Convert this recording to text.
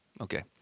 Okay